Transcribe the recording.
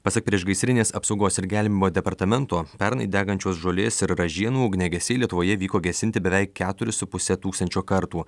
pasak priešgaisrinės apsaugos ir gelbėjimo departamento pernai degančios žolės ir ražienų ugniagesiai lietuvoje vyko gesinti beveik keturis su puse tūkstančio kartų